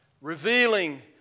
revealing